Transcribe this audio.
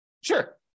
Sure